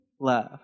love